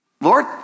Lord